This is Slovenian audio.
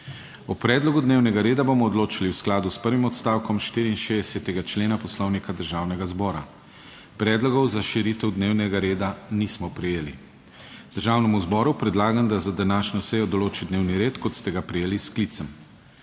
O predlogu dnevnega reda bomo odločali v skladu s prvim odstavkom 64. člena Poslovnika Državnega zbora. Predlogov za širitev dnevnega reda nismo prejeli. Državnemu zboru predlagam, da za današnjo sejo določi dnevni red kot ste ga prejeli s sklicem.